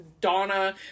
donna